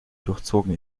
durchzogen